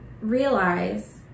realize